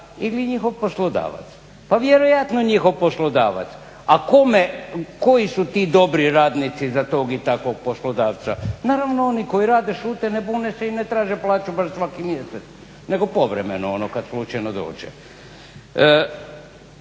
ili njihov poslodavac? Pa vjerojatno njihov poslodavac. A koji su ti dobri radnici za tog i takvog poslodavaca? Naravno oni koji rade, šute, ne bune se i ne tražu plaću baš svaki mjesec nego povremeno ono kada slučajno dođe.